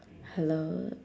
hello